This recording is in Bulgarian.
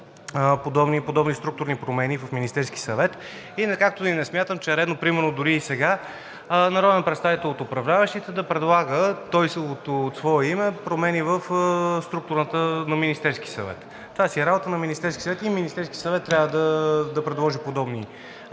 подобни структурни промени в Министерския съвет, както и не смятам, че е редно примерно дори и сега народен представител от управляващите да предлага от свое име промени в структурата на Министерския съвет. Това си е работа на Министерския съвет и Министерският съвет трябва да предложи подобни